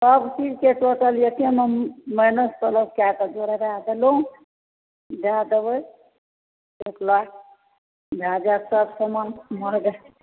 सब चीजकेँ टोटल एकेमे माइनस कए कऽ जोड़वा देलहुँ दए देबै भए जाएत सब समान